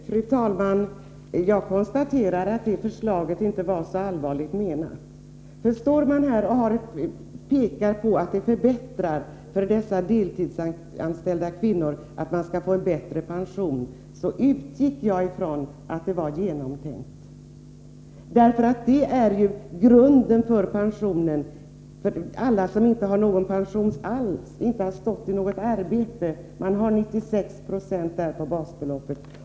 Fru talman! Jag konstaterar då att det förslaget inte var så allvarligt menat. När Margé Ingvardsson här hävdade att de deltidsanställda kvinnorna genom förslaget skulle få bättre pension och en förbättrad situation utgick jag ifrån att det var genomtänkt. Grunden för pensionen för alla som inte har haft något förvärvsarbete är ju att man har 96 90 av basbeloppet.